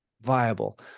viable